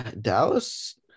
Dallas